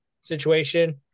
situation